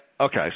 Okay